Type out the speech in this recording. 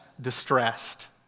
distressed